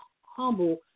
humble